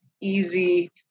easy